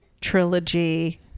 trilogy